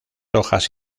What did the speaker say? hojas